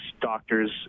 doctors